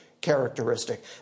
characteristic